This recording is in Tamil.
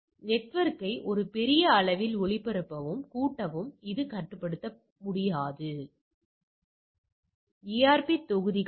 எனவே நாம் எக்செல்லுக்குச் செல்கிறோம் எனவே நாம் 10 ஐ தரவு 27 இல் வைப்போம் தரவு 30இல் வைப்போம் பின்னர் நாம் 19 8 6 13